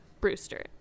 Brewster